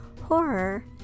horror